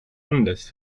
anders